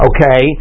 Okay